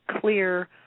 clear